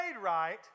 right